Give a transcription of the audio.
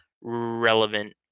relevant